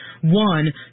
One